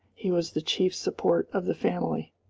he was the chief support of the family.